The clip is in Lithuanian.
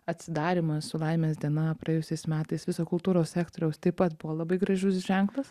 atsidarymas su laimės diena praėjusiais metais viso kultūros sektoriaus taip pat buvo labai gražus ženklas